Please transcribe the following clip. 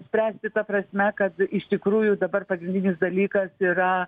spręsti ta prasme kad iš tikrųjų dabar pagrindinis dalykas yra